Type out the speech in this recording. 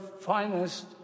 finest